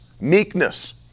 meekness